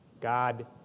God